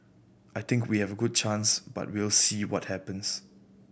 I think we have a good chance but we'll see what happens